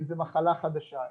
אם זו מחלה חדשה,